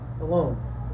alone